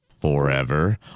Forever